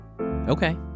Okay